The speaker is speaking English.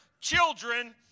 children